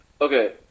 Okay